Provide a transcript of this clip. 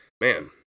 Man